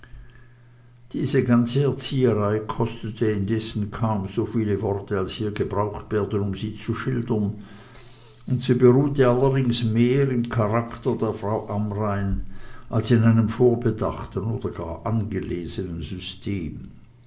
diese ganze erzieherei kostete indessen kaum so viel worte als hier gebraucht wurden um sie zu schildern und sie beruhte allerdings mehr im charakter der frau amrain als in einem vorbedachten oder gar angelesenen system